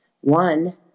One